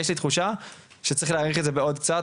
יש לי תחושה שצריך להאריך את זה בעוד קצת,